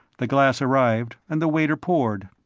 the glass arrived and the waiter poured.